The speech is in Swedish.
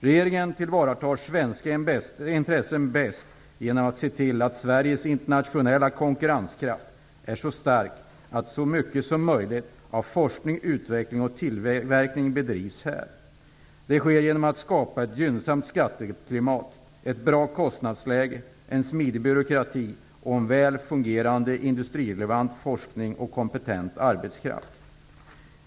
Regeringen tillvaratar svenska intressen bäst genom att se till att Sveriges internationella konkurrenskraft är så stark att så mycket som möjligt av forskning, utveckling och tillverkning bedrivs här. Det sker genom att det skapas ett gynnsamt skatteklimat, ett bra kostnadsläge, en smidig byråkrati, en väl fungerande industrirelevant forskning och kompetent arbetskraft.